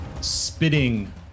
spitting